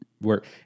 work